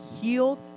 healed